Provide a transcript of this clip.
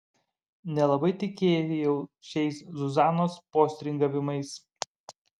nelabai tikėjau šiais zuzanos postringavimais